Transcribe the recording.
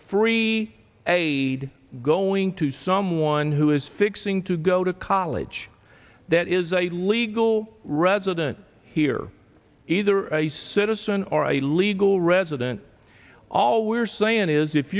free aid going to someone who is fixing to go to college that is a legal resident here either a citizen or a legal resident all we are saying is if